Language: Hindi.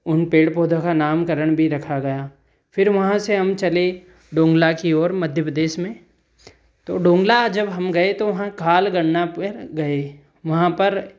उन पेड़ पौधों का नामकरण भी रखा गया फ़िर वहाँ से हम चले डोंगला की ओर मध्य प्रदेश में तो डोंगला जब हम गए तो वहाँ खालगन्ना में गए वहाँ पर